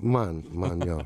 man man jo